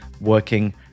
working